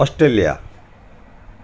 Australia